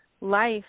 life